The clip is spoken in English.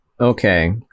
okay